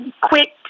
quick